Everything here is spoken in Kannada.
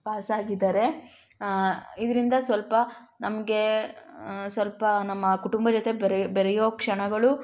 ಪಾಸ್ ಆಗಿದ್ದಾರೆ ಇದರಿಂದ ಸ್ವಲ್ಪ ನಮಗೆ ಸ್ವಲ್ಪ ನಮ್ಮ ಕುಟುಂಬ ಜೊತೆ ಬೆರೆ ಬೆರೆಯುವ ಕ್ಷಣಗಳು